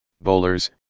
bowlers